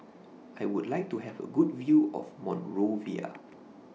I Would like to Have A Good View of Monrovia